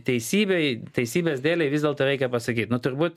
teisybei teisybės dėlei vis dėlto reikia pasakyt na turbūt